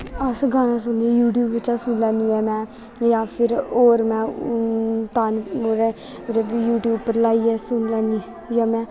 अस गाना सुनियै यूट्यूब बिच्चा सुनी लैन्नी ऐ में जां फिर होर में तान ओह्रे यूट्यूब पर लाइयै सुन लैन्नी जां में